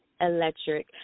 Electric